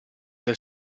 del